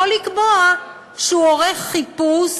יכול לקבוע שהוא עורך חיפוש